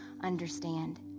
understand